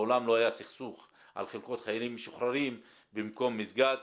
לעולם לא היה סכסוך על חלקות חיילים משוחררים במקום מסגד,